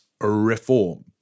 reform